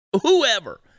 whoever